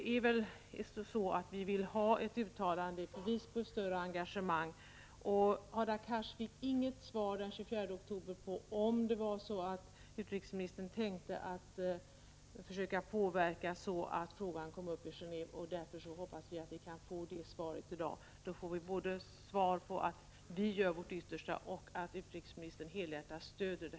Vi vill ha ett bevis på ett större engagemang. Hadar Cars fick inget besked den 24 oktober om utrikesministern avser att försöka påverka så att frågan kommer upp i Genåve. Därför hoppas vi få det svaret i dag, så att det står klart att vi gör vårt yttersta och att utrikesministern helhjärtat stöder det.